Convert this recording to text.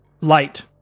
light